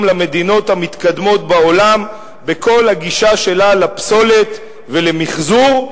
למדינות המתקדמות בעולם בכל הגישה שלה לפסולת ולמיחזור,